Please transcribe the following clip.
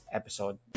episode